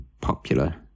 popular